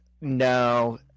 no